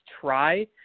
try